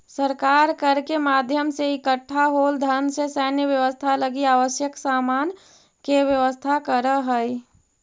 सरकार कर के माध्यम से इकट्ठा होल धन से सैन्य व्यवस्था लगी आवश्यक सामान के व्यवस्था करऽ हई